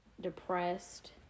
depressed